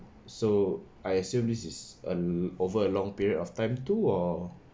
so I assume this is a over a long period of time to or